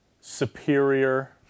superior